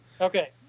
Okay